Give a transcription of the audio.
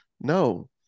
No